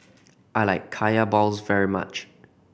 I like Kaya balls very much